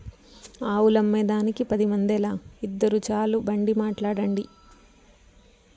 ఆవులమ్మేదానికి పది మందేల, ఇద్దురు చాలు బండి మాట్లాడండి